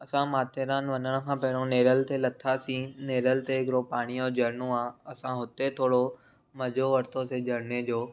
असां माथेरान वञण खां पहिरों नेरल ते लथासीं नेरल ते हिकिड़ो पाणी जो झरनो आहे असां हुते थोरो मज़ो वरितोसीं झरने जो